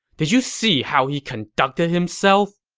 did you see how he conducted himself?